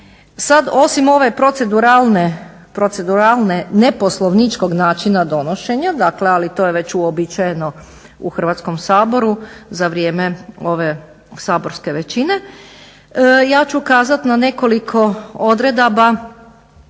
osim ove proceduralne neposlovničkog načina donošenja, dakle ali to je već uobičajeno u Hrvatskom saboru za vrijeme ove saborske većine, ja ću kazati na nekoliko odredaba